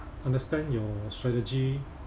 understand your strategy